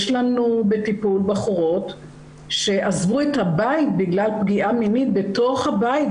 יש לנו בטיפול בחורות שעזבו את הבית בגלל פגיעה מינית בתוך הבית,